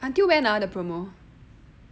until when ah the promo